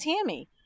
Tammy